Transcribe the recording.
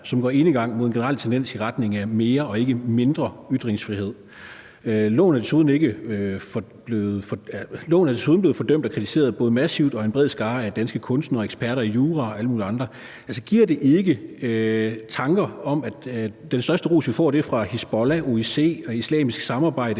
– nu enegang imod en generel tendens i retning af mere og ikke mindre ytringsfrihed. Loven er desuden blevet fordømt og kritiseret massivt, også af en bred skare af danske kunstnere og eksperter i jura og alle mulige andre. Maner det ikke til eftertanke, at den største ros, vi får, er fra Hizbollah, OIC, Den Islamiske